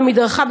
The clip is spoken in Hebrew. על המדרכה,